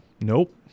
Nope